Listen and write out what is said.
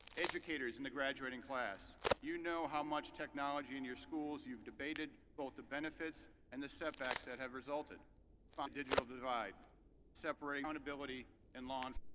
educators in the graduating class you know how much technology in your schools you've debated both the benefits and the setbacks that have resulted from digital divide separating own ability and launch